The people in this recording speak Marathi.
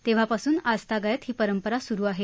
तेव्हापासुन आजतागायत ही परंपरा सुरु आहे